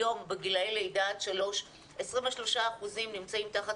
היום בגילאי לידה עד שלוש 23% נמצאים תחת